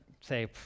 say